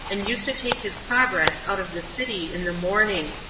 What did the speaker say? and used to take his progress out of the city in the morning.